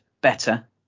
better